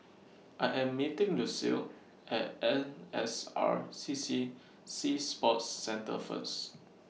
I Am meeting Lucile At N S R C C Sea Sports Centre First